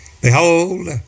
Behold